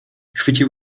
chwycił